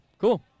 Cool